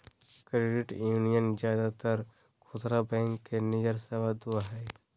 credit union ज्यादातर खुदरा bank नियर सेवा दो हइ